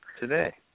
today